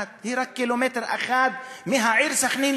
היא רק קילומטר אחד מהעיר סח'נין,